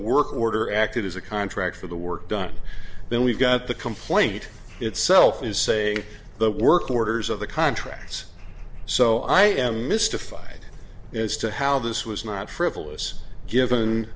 work order acted as a contract for the work done then we've got the complaint itself you say the work orders of the contracts so i am mystified as to how this was not frivolous given